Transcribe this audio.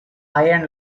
iron